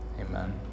Amen